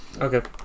Okay